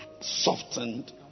softened